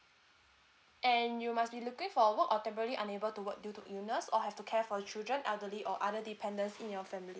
and you must be looking for work or temporary unable to work due to illness or have to care for children elderly or other dependent in your family